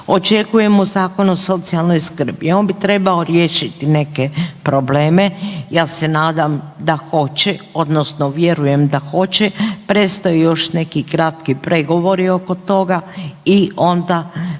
Očekujemo Zakon o socijalnoj skrbi, on bi trebao riješiti neke probleme, ja se nadam da hoće, odnosno vjerujem da hoće, predstoje još neki kratki pregovori oko toga i onda